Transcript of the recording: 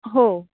हो